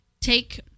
take